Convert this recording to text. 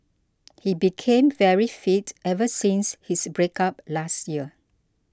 he became very fit ever since his breakup last year